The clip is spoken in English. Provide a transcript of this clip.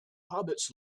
hobbits